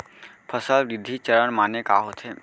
फसल वृद्धि चरण माने का होथे?